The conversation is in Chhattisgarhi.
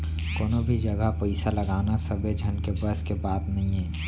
कोनो भी जघा पइसा लगाना सबे झन के बस के बात नइये